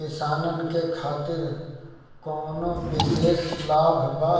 किसानन के खातिर कोनो विशेष लाभ बा